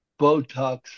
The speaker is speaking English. Botox